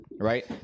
right